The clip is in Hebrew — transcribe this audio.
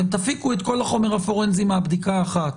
אתם תפיקו את כל החומר הפורנזי מהבדיקה האחת,